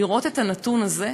לראות את הנתון הזה,